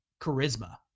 charisma